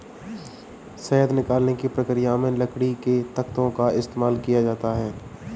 शहद निकालने की प्रक्रिया में लकड़ी के तख्तों का इस्तेमाल किया जाता है